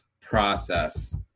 process